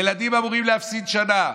ילדים אמורים להפסיד שנה.